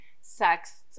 sex